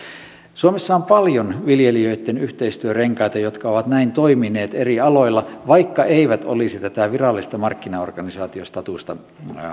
suomessa on paljon viljelijöitten yhteistyörenkaita jotka ovat näin toimineet eri aloilla vaikka eivät olisi tätä virallista markkinaorganisaatiostatusta